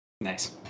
nice